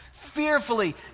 fearfully